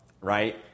Right